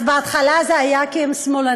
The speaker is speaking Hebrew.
אז בהתחלה זה היה כי הם שמאלנים,